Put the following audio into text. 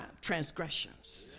transgressions